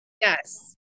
Yes